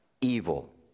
evil